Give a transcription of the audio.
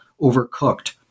overcooked